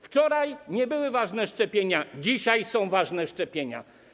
Wczoraj nie były ważne szczepienia, dzisiaj są ważne szczepienia.